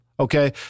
Okay